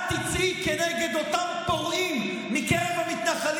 את תצאי כנגד אותם פורעים מקרב המתנחלים